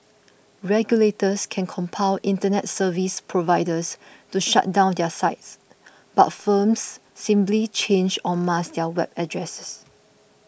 regulators can compel Internet service providers to shut down their sites but firms simply change or mask their web addresses